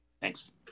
Thanks